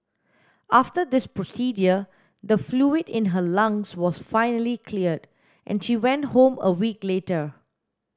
after this procedure the fluid in her lungs was finally cleared and she went home a week later